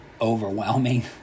overwhelming